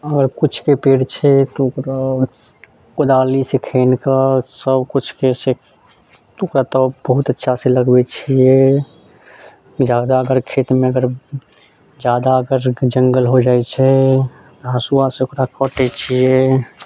आओर कुछके पेड़ छै कोदालीसँ खोनिके सब कुछके तब बहुत अच्छासँ लगबै छियै जादातर खेतमे अगर जादा अगर जङ्गल हो जाइ छै तऽ हँसुआसँ ओकरा कटै छियै